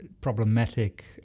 problematic